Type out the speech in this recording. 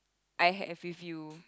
I have with you